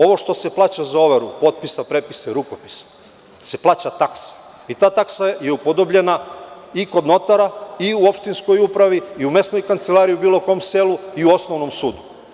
Ovo što se plaća za overu potpisa, prepisa i rukopisa se plaća taksa i ta taksa je upodobljena i kod notara i u opštinskoj upravi i u mesnoj kancelariji u bilo kom selu i u osnovnom sudu.